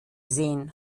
sehen